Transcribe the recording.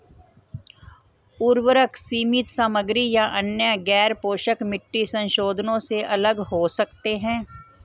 उर्वरक सीमित सामग्री या अन्य गैरपोषक मिट्टी संशोधनों से अलग हो सकते हैं